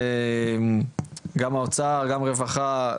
גם האוצר וגם הרווחה,